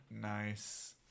Nice